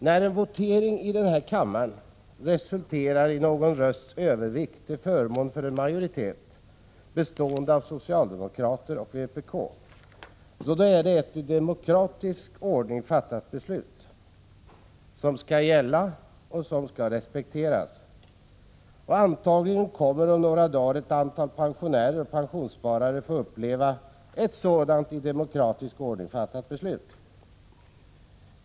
När en votering här i kammaren resulterar i någon rösts övervikt till förmån för en majoritet bestående av socialdemokrater och vpk-are är det att anse som ett i demokratisk ordning fattat beslut, som skall gälla och respekteras. Antagligen kommer ett antal pensionärer och pensionssparare att få uppleva ett sådant i demokratisk ordning fattat beslut om några dagar.